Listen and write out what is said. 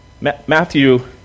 Matthew